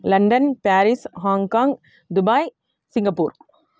London Paris Hong Kong Dubai Singapore